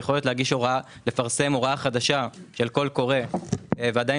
יכולת לפרסם הוראה חדשה של קול קורא ועדיין